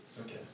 Okay